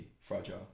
fragile